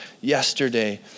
yesterday